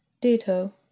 ditto